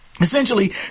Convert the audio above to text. essentially